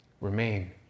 remain